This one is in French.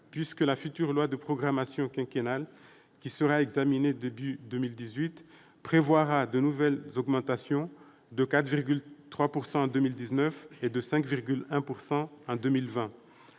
puisque la future loi de programmation quinquennale, qui sera examinée début 2018, prévoira de nouvelles augmentations de 4,3 % en 2019 et de 5,1 % en 2020.